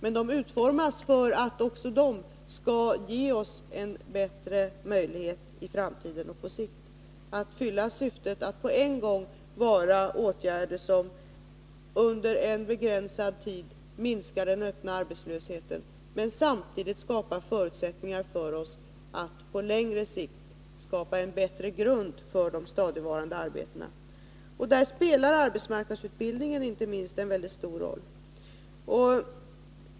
Men de utformas så att de kan ge oss en bättre möjlighet att i framtiden och på sikt vinna syftet att på en gång vara åtgärder som under en begränsad tid minskar den öppna arbetslösheten och samtidigt skapa förutsättningar för oss att på längre sikt få en bättre grund för de stadigvarande arbetena. Där spelar inte minst arbetsmarknadsutbildningen en mycket stor roll.